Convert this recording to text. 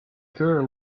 girl